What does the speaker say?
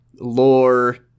lore